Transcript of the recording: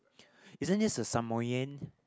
isn't this the Samoyed